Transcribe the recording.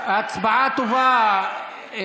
הלאומי (תיקון, דמי